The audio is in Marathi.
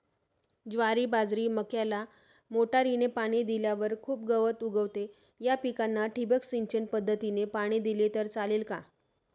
ज्वारी, बाजरी, मक्याला मोटरीने पाणी दिल्यावर खूप गवत उगवते, या पिकांना ठिबक सिंचन पद्धतीने पाणी दिले तर चालेल का?